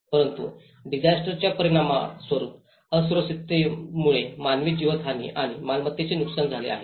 परंतु डिसास्टरच्या परिणामस्वरूप असुरक्षिततांमुळेच मानवी जीवितहानी आणि मालमत्तेचे नुकसान झाले आहे